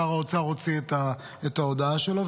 שר האוצר הוציא את ההודעה שלו,